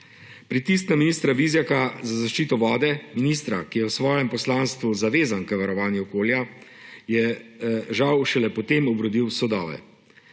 Pritisk na ministra Vizjaka za zaščito vode, ministra, ki je v svojem poslanstvu zavezan k varovanju okolja, je, žal, šele potem obrodil sadove.